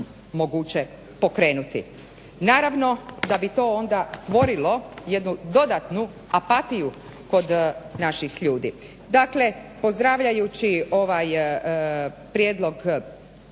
moguće pokrenuti. Naravno da bi to onda stvorilo jednu dodatnu apatiju kod naših ljudi. Dakle, pozdravljajući ovaj prijedlog